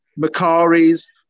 Macari's